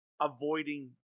avoiding